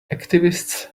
activists